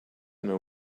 know